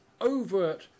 overt